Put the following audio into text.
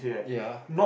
ya